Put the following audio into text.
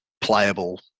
playable